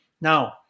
now